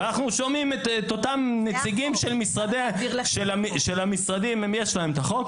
ושומעים את אותם הנציגים של המשרדים יש להם את החוק